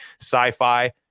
sci-fi